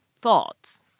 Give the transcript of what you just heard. Thoughts